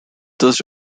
thus